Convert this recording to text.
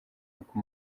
kuko